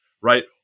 right